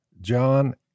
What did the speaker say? John